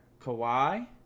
Kawhi